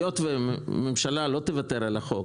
היות והממשלה לא תוותר על החוק,